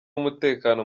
w’umutekano